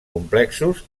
complexos